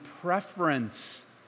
preference